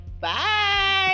Bye